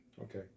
Okay